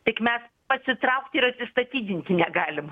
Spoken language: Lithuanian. tik mes atsitraukti ir atsistatydinti negalim